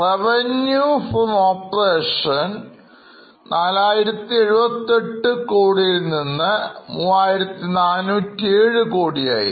Revenue from Operations 4078 അൽ നിന്ന് 3407 ആയി